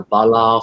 Bala